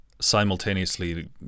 simultaneously